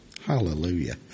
Hallelujah